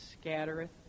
scattereth